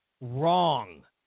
wrong